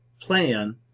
plan